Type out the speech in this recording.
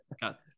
got